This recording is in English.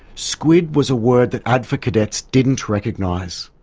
squid was a word that adfa cadets didn't recognise.